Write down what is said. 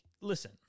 Listen